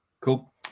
Cool